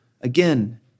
again